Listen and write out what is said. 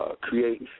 create